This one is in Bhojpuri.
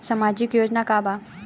सामाजिक योजना का बा?